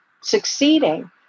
succeeding